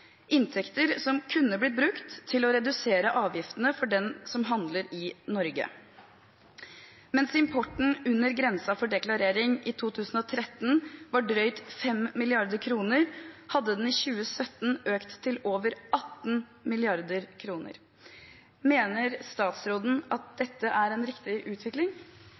inntekter som kunne blitt brukt til å redusere avgiftene for dem som handler i Norge. Mens importen under grensen for deklarering i 2013 var drøyt 5 mrd. kr, hadde den i 2017 økt til over 18 mrd. kr. Mener statsråden dette er en ønsket utvikling?»